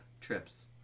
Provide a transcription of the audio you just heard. trips